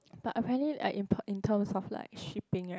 but apparently like in terms of like shipping right